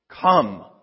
Come